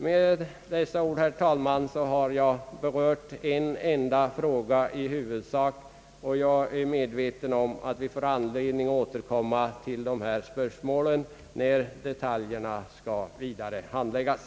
Med dessa ord, herr talman, har jag i huvudsak berört en enda fråga, och jag är medveten om att vi får anledning återkomma till dessa spörsmål när detaljerna vidare skall handläggas.